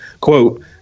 Quote